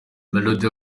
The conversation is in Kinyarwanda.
melody